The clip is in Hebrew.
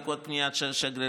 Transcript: בעקבות פנייה של שגרירים,